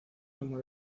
como